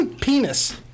Penis